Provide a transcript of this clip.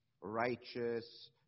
righteous